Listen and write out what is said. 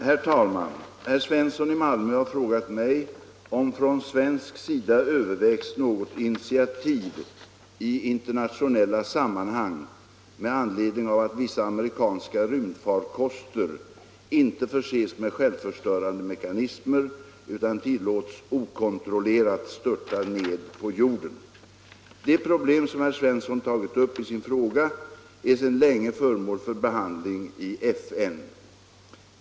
Herr talman! Herr Svensson i Malmö har frågat mig om från svensk sida övervägs något initiativ i internationella sammanhang med anledning av att vissa amerikanska rymdfarkoster inte förses med självförstörande mekanismer utan tillåts okontrollerat störta ned på jorden. Det problem som herr Svensson tagit upp i sin fråga är sedan länge föremål för behandling i FN.